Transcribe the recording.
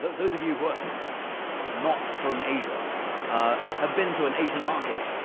those of you who are not from asia have been to an asian market,